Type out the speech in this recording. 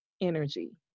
energy